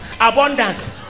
abundance